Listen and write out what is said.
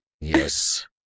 Yes